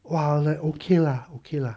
!wah! like okay lah okay lah